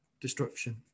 destruction